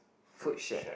Foodshed